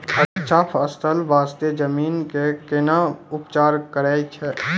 अच्छा फसल बास्ते जमीन कऽ कै ना उपचार करैय छै